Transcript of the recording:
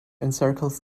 encircles